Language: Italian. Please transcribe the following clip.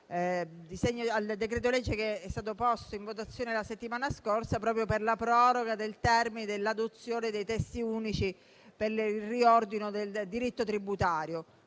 al decreto-legge che è stato posto in votazione la settimana scorsa proprio per la proroga del termine dell'adozione dei testi unici per il riordino del diritto tributario,